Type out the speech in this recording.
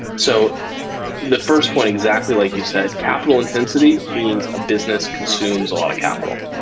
so the first point, exactly like you said, capital intensity means a business consumes a lot of capital.